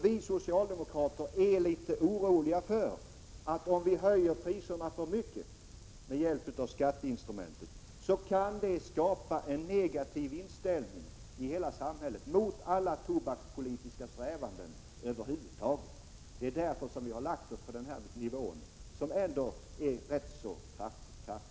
Vi socialdemokrater är litet oroliga för att om vi höjer priserna för mycket med hjälp av skatteinstrumentet kan det skapa en negativ inställning i hela samhället mot alla tobakspolitiska strävanden över huvud taget. Det är därför som vi har hamnat på denna nivå, vilken trots allt är ganska hög.